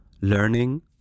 learning